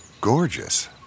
gorgeous